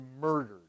murdered